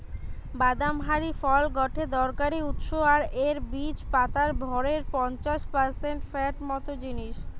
বাদাম হারি ফল গটে দরকারি উৎস আর এর বীজ পাতার ভরের পঞ্চাশ পারসেন্ট ফ্যাট মত জিনিস